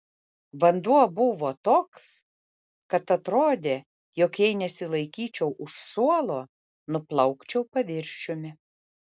vanduo buvo toks kad atrodė jog jei nesilaikyčiau už suolo nuplaukčiau paviršiumi